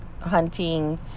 hunting